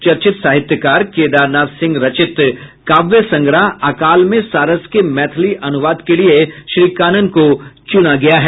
चर्चित साहित्यकार केदारनाथ सिंह रचित काव्य संग्रह अकाल में सारस के मैथिली अनुवाद के लिये श्री कानन को चुना गया है